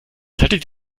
hättet